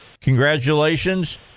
congratulations